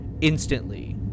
instantly